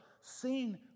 seen